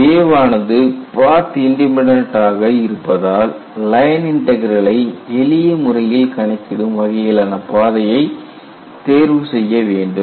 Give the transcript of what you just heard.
J வானது path independent ஆக இருப்பதால் லைன் இன்டக்ரலை எளிய முறையில் கணக்கிடும் வகையிலான பாதையை தேர்வு செய்ய வேண்டும்